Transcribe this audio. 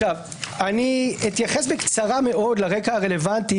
אני אתייחס בקצרה מאוד לרקע הרלוונטי,